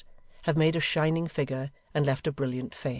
have made a shining figure and left a brilliant fame.